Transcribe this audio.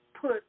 put